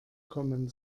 kommen